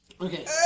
Okay